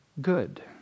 good